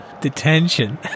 detention